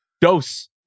Dose